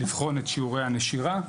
לבחון את שיעורי הנשירה.